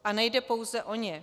A nejde pouze o ně.